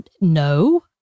No